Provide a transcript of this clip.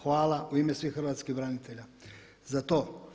Hvala u ime svih hrvatskih branitelja za to.